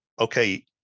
okay